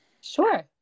Sure